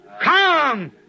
Come